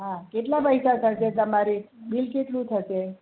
હા કેટલા પૈસા થશે તમારે બિલ કેટલું થશે